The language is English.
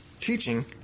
teaching